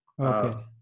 Okay